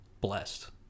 blessed